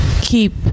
keep